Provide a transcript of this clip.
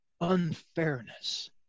unfairness